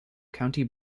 county